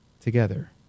together